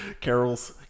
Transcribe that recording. Carol's